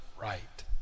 right